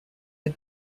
had